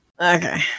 Okay